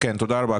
תודה רבה.